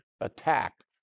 attacked